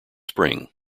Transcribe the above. spring